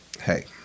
hey